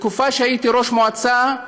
בתקופה שהייתי ראש מועצה,